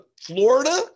Florida